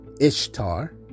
Ishtar